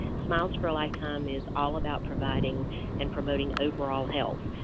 smiles for a lifetime is all about providing and promoting overall health.